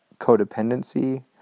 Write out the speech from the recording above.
codependency